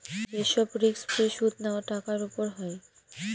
যে সব risk free সুদ নেওয়া টাকার উপর হয়